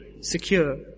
secure